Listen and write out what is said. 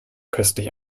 köstlich